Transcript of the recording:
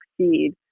succeed